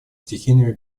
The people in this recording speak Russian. стихийными